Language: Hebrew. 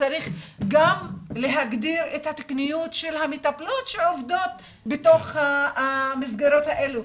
וצריך גם להגדיר את התקניות של המטפלות שעובדות בתוך המסגרות האלה.